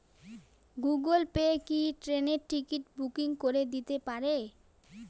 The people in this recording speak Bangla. গুগল পে কি ট্রেনের টিকিট বুকিং করে দিতে পারে?